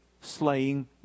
slaying